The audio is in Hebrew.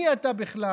מי אתה בכלל?